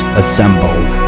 assembled